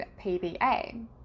PBA